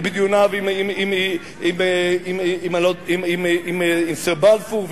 בדיוניו עם סר בלפור,